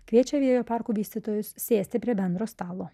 kviečia vėjo parkų vystytojus sėsti prie bendro stalo